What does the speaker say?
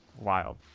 wild